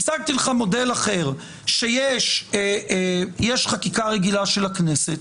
הצגתי לך מודל שיש חקיקה רגילה של הכנסת,